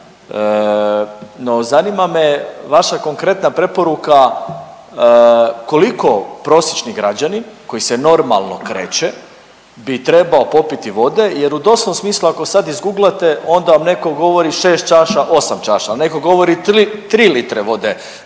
zanima me vaša konkretna preporuka koliko prosječni građanin koji se normalno kreće bi trebao popiti vode jer u doslovnom smislu ako sad izguglate onda vam neko govori 6 čaša, 8 čaša, a neko govori 3 litre vode,